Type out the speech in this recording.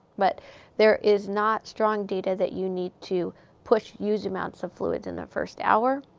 but there is not strong data that you need to push huge amounts of fluids in the first hour.